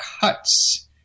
Cuts